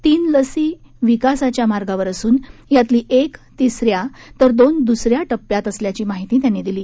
तीन लसी विकासाच्या मार्गावर असून यातली एक तिसऱ्या तर दोन दुसऱ्या टप्प्यात असल्याची माहिती त्यांनी दिली